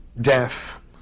deaf